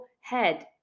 head